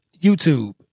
YouTube